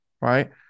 right